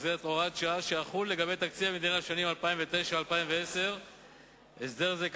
זאת הוראת שעה שתחול לגבי תקציב המדינה לשנים 2009 2010. הסדר זה,